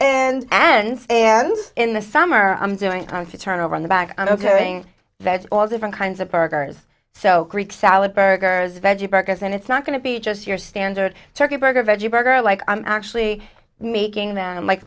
and and and in the summer i'm doing trying to turn over on the back of the all different kinds of burgers so greek salad burgers veggie burgers and it's not going to be just your standard turkey burger veggie burger like i'm actually making them like